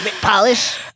Polish